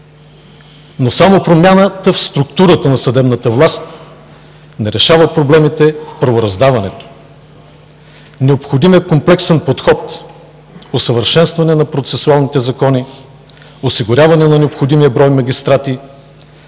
но само промяната в структурата на съдебната власт не решава проблемите в правораздаването. Необходим е комплексен подход, усъвършенстване на процесуалните закони, осигуряване на необходимия брой магистрати,